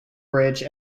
bridge